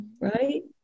Right